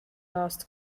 lost